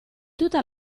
tutta